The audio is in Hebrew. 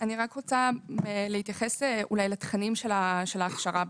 אני רק רוצה להתייחס אולי לתכנים של ההכשרה.